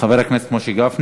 חבר הכנסת משה גפני.